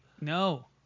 No